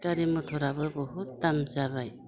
गारि मथराबो बहुद दाम जाबाय